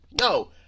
No